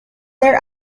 their